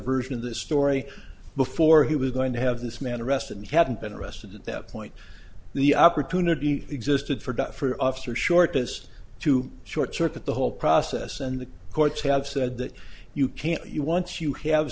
version of the story before he was going to have this man arrested and hadn't been arrested at that point the opportunity existed for death for officer shortest to short circuit the whole process and the courts have said that you can't you once you have